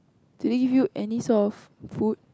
do they give you any sort of food